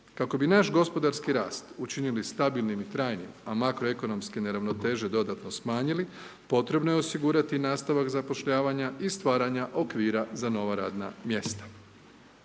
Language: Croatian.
Kako bi naš gospodarski rast učinili stabilnim i trajnim, a makroekonomske neravnoteže dodatno smanjili, potrebno je osigurati nastavak zapošljavanja i stvaranja okvira za nova radna mjesta.